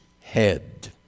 head